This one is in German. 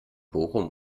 bochum